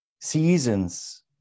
seasons